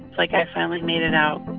like, i finally made it out